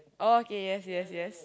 oh okay yes yes yes